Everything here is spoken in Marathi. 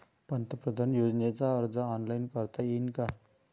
पंतप्रधान योजनेचा अर्ज ऑनलाईन करता येईन का?